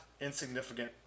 insignificant